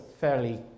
fairly